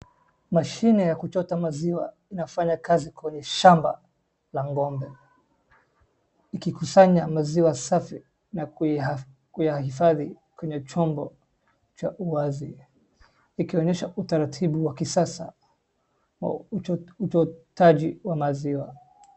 Mashini ya kuchota maziwa inafanya kazi kwenye shamba la ngombe ikikusanya maziwa safi na kuyahifadhi kwenye chombo cha uwazi ikionyesha utaratibu wa kisasa wa uchotaji wa maziwa.